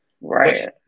Right